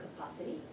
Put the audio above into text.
capacity